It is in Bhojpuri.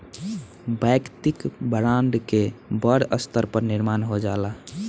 वैयक्तिक ब्रांड के बड़ स्तर पर निर्माण हो जाला